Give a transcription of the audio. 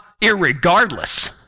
irregardless